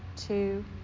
Two